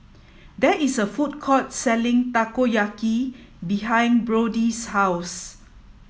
there is a food court selling Takoyaki behind Brody's house